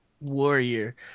warrior